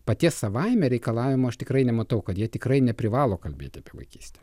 paties savaime reikalavimo aš tikrai nematau kad jie tikrai neprivalo kalbėt apie vaikystę